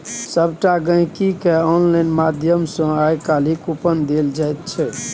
सभटा गहिंकीकेँ आनलाइन माध्यम सँ आय काल्हि कूपन देल जाइत छै